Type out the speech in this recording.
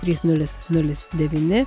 trys nulis nulis devyni